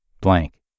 blank